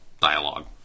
dialogue